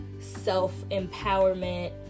self-empowerment